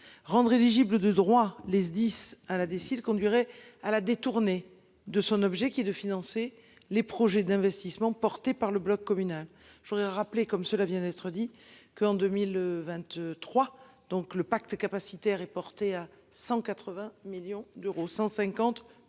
Rendre éligibles de droit, les SDIS à la décide conduirait à la détourné de son objet qui est de financer les projets d'investissement porté par le bloc communal. Je voudrais rappeler, comme cela vient d'être dit que en 2023 donc le pacte capacitaire est porté à 180 millions d'euros 150 plus 30.